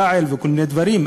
יע"ל וכל מיני דברים,